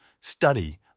study